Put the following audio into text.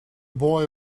boy